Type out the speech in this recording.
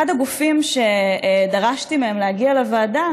אחד הגופים שדרשתי מהם להגיע לוועדה